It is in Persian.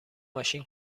ماشین